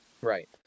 Right